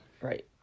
Right